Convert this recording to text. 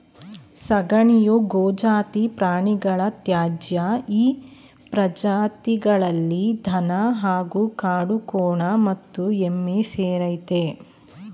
ಸಗಣಿಯು ಗೋಜಾತಿ ಪ್ರಾಣಿಗಳ ತ್ಯಾಜ್ಯ ಈ ಪ್ರಜಾತಿಗಳಲ್ಲಿ ದನ ಹಾಗೂ ಕಾಡುಕೋಣ ಮತ್ತು ಎಮ್ಮೆ ಸೇರಯ್ತೆ